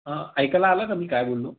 हं ऐकायला आलं ना मी काय बोललो